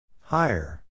Higher